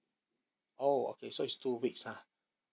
oh okay so it's two weeks ah